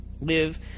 Live